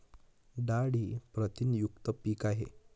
डाळ ही प्रथिनयुक्त पीक आहे